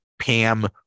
pam